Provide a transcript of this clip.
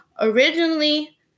Originally